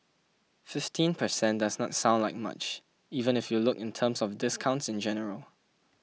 fifteen percent does not sound like much even if you look in terms of discounts in general